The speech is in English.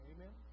Amen